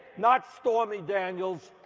not stormy daniels,